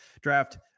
draft